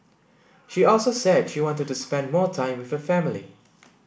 she also said she wanted to spend more time with her family